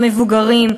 המבוגרים,